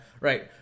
right